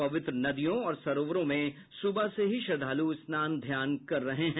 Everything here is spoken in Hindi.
पवित्र नदियों और सरोवरों में सुबह से ही श्रद्धालु स्नान ध्यान कर रहे हैं